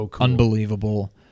unbelievable